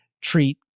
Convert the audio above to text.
treat